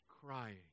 crying